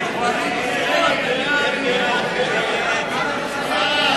ההצעה להסיר מסדר-היום את הצעת חוק קליטת חיילים משוחררים (תיקון,